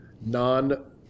non